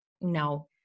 no